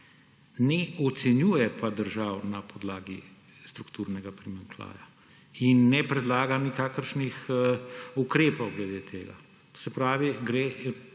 ne ocenjuje pa držav na podlagi strukturnega primanjkljaja in ne predlaga nikakršnih ukrepov glede tega. To se pravi, gre